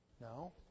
No